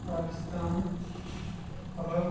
Pakistan Arab